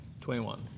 21